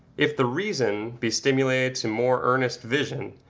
if the reason be stimulated to more earnest vision,